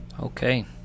Okay